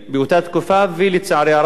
המצב הזה גם נמשך